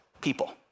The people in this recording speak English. people